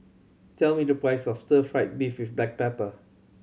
tell me the price of Stir Fry beef with black pepper